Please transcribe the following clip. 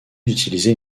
d’utiliser